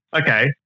Okay